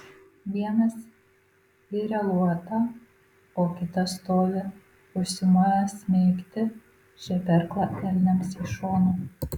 vienas iria luotą o kitas stovi užsimojęs smeigti žeberklą elniams į šoną